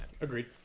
Agreed